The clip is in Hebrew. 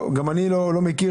גם אני לא מכיר.